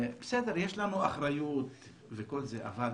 בסדר, יש לנו אחריות וכל זה, אבל